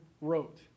wrote